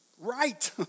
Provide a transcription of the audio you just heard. right